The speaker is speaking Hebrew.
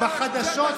צא החוצה.